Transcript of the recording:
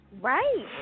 Right